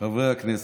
חברי הכנסת,